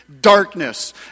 darkness